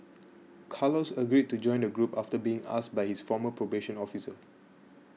carlos agreed to join the group after being asked by his former probation officer